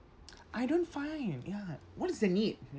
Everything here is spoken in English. I don't find ya what is the need